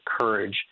courage